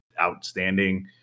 outstanding